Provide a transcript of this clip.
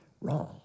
wrong